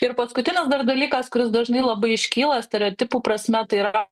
ir paskutinis dar dalykas kuris dažnai labai iškyla stereotipų prasme tai yra